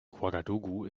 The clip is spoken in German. ouagadougou